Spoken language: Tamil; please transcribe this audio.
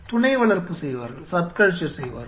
துணை வளர்ப்பு செய்வார்கள்